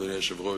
אדוני היושב-ראש,